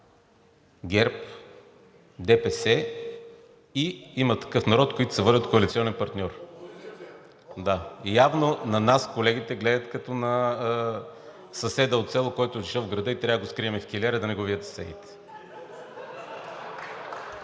ГЕРБ, ДПС и „Има такъв народ“, които се водят коалиционен партньор. Да, явно на нас колегите гледат като на съседа от село, който е дошъл в града и трябва да го скрием в килера, за да не го видят съседите.